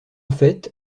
fait